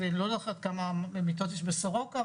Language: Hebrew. כמה מיטות יש בסורוקה,